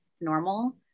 normal